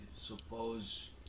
suppose